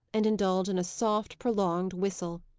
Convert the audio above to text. and indulge in a soft, prolonged whistle.